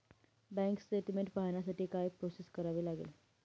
Bank statement पाहण्यासाठी काय process करावी लागेल?